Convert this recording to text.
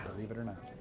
believe it or not.